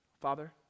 Father